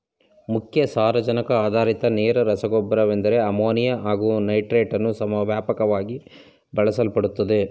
ಮುಖ್ಯ ಸಾರಜನಕ ಆಧಾರಿತ ನೇರ ರಸಗೊಬ್ಬರವೆಂದರೆ ಅಮೋನಿಯಾ ಹಾಗು ನೈಟ್ರೇಟನ್ನು ವ್ಯಾಪಕವಾಗಿ ಬಳಸಲ್ಪಡುತ್ತದೆ